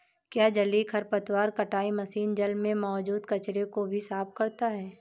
क्या जलीय खरपतवार कटाई मशीन जल में मौजूद कचरे को भी साफ करता है?